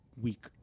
week